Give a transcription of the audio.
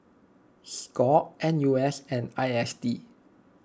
Score N U S and I S D